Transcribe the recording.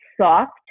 soft